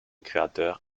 créateur